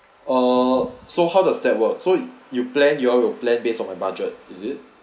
oh so how does that work so you plan you all will plan based on my budget is it